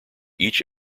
each